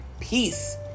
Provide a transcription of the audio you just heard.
peace